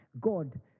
God